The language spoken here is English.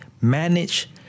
manage